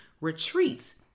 retreats